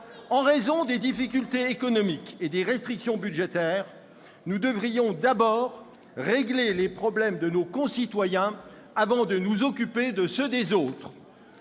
En raison des difficultés économiques et des restrictions budgétaires, nous devrions d'abord régler les problèmes de nos concitoyens avant de nous occuper de ceux des autres.